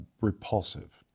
repulsive